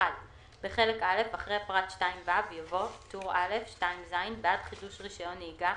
התשפ"א-2020 (אגרת רישיון נהיגה)